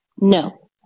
No